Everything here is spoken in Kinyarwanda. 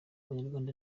abanyarwanda